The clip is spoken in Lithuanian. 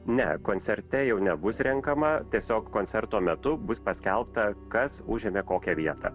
ne koncerte jau nebus renkama tiesiog koncerto metu bus paskelbta kas užėmė kokią vietą